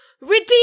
Redeem